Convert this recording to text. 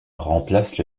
remplace